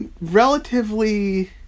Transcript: relatively